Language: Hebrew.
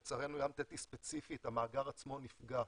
לצערנו, ים תטיס ספציפית, המאגר עצמו נפגע,